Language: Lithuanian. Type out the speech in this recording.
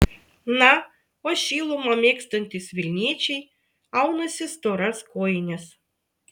na o šilumą mėgstantys vilniečiai aunasi storas kojines